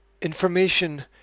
Information